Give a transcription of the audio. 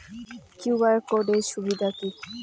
QR code এর সুবিধা কি?